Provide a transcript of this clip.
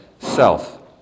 self